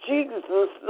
Jesus